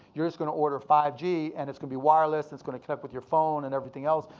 you're just gonna order five g and it's gonna be wireless, it's gonna connect with your phone and everything else.